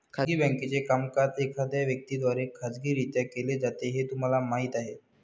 खाजगी बँकेचे कामकाज एखाद्या व्यक्ती द्वारे खाजगीरित्या केले जाते हे तुम्हाला माहीत आहे